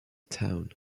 town